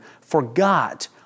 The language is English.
forgot